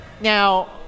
now